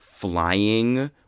flying